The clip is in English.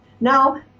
Now